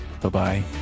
Bye-bye